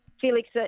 Felix